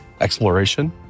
exploration